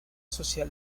social